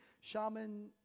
shaman